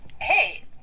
hey